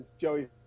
Joey